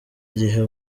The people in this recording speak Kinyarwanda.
gihe